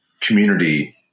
community